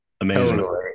amazing